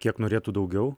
kiek norėtų daugiau